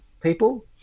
people